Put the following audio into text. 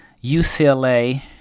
UCLA